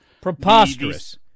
Preposterous